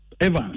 Evans